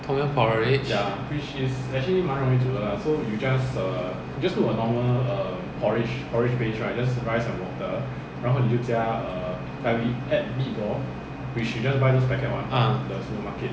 tom yum porridge ah